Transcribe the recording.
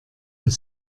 das